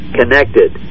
connected